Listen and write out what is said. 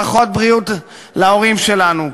פחות בריאות להורים שלנו,